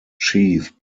chief